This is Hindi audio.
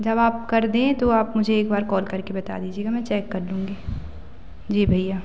जब आप कर दें तो आप मुझे एक बार कॉल करके बता दीजिएगा मैं चेक कर लूँगी जी भैया